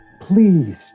please